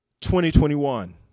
2021